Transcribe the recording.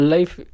Life